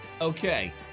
Okay